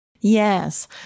Yes